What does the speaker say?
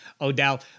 Odell